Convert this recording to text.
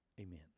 amen